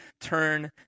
turn